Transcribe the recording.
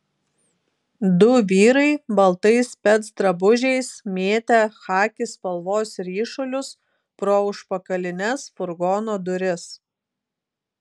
du vyrai baltais specdrabužiais mėtė chaki spalvos ryšulius pro užpakalines furgono duris